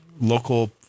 local